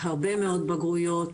להרבה מאוד בגרויות,